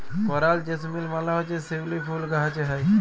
করাল জেসমিল মালে হছে শিউলি ফুল গাহাছে হ্যয়